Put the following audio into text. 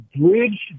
bridge